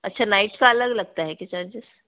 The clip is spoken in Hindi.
अच्छा नाइट का अलग लगता है क्या चार्जेस